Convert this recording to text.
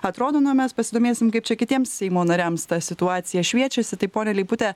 atrodo na o mes pasidomėsim kaip čia kitiems seimo nariams ta situacija šviečiasi tai ponia leipute